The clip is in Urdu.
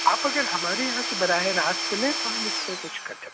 آپ اگر ہمارے یہاں سے براہ راست لیں تو ہم اس پہ کچھ کر سکتے ہیں